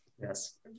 yes